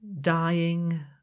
dying